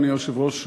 אדוני היושב-ראש,